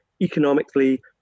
economically